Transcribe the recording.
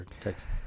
text